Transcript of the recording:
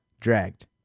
Dragged